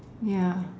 ya